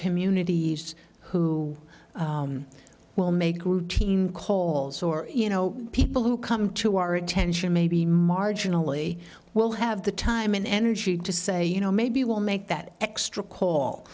communities who will make routine colds or you know people who come to our attention maybe marginally will have the time and energy to say you know maybe we'll make that extra call